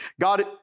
God